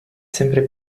sempre